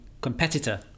competitor